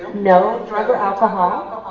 no drug or alcohol.